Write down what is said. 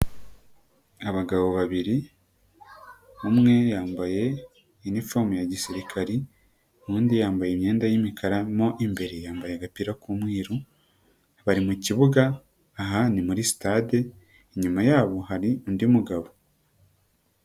Abagabo babiri umwe yambaye iniformu ya gisirikari, n'undi yambaye imyenda y'imikara mo imbere yambaye agapira k'umweru, bari mu kibuga, aha ni muri sitade, inyuma yabo hari undi mugabo.